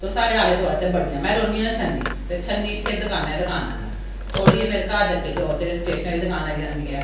तो साढ़े आलै दुआलै ते बड़ियां में रौह्न्नी आं छन्नी ते छन्नी इत्थै दकानां गै दकानां न थोह्ड़ी गै मेरे घर दे अग्गें जाओ ते स्टेशनरी दी दकान आई जंदी ऐ